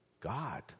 God